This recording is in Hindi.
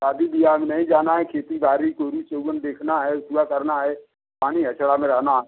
शादी बियाह में नहीं जाना है खेती बारी गोरी चउवन देखना है सुवा करना है पानी हचड़ा में रहना है